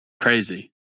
Crazy